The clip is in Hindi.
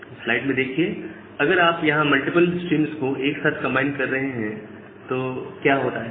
यह स्लाइड में देखिए अगर आप यहां मल्टीपल स्ट्रीम्स को एक साथ कंबाइन कर रहे हैं तो क्या होता है